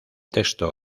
texto